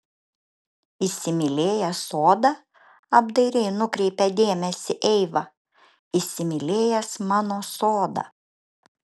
įsimylėjęs sodą apdairiai nukreipė dėmesį eiva įsimylėjęs mano sodą